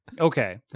okay